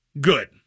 good